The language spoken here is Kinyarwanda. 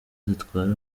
zitwara